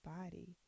body